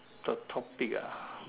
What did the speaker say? the topic ah